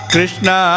Krishna